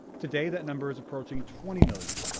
today that number is approaching twenty million.